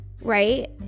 right